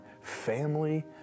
family